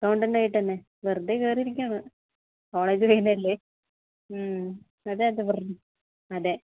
accountant ആയിട്ടു തന്നെ വെറുതെ കയറിയിരിക്കുകയാണ് കോളേജ് കഴിഞ്ഞതല്ലേ അതെയതെ വെറുതെ അതെ